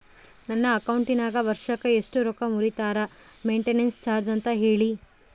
ನನ್ನ ಅಕೌಂಟಿನಾಗ ವರ್ಷಕ್ಕ ಎಷ್ಟು ರೊಕ್ಕ ಮುರಿತಾರ ಮೆಂಟೇನೆನ್ಸ್ ಚಾರ್ಜ್ ಅಂತ ಹೇಳಿ?